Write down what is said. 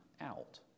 out